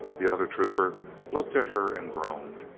the other trooper looked at her and groaned,